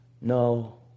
No